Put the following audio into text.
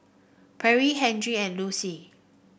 Perri Henri and Lucie